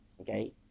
Okay